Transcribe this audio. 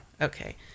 Okay